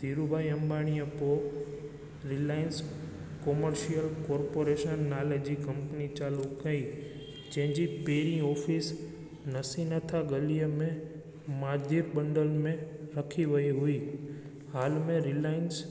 धीरू भाई अंबाणी पोइ Reliance commercial corporation नाले जी कंपनी चालू कई जंहिंजी पहिरीं ऑफिस नर्सिनाथ गलीअ में माध्य बंदर में रखी वई हुई हाल में रिलायंस